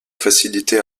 facilité